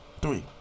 Three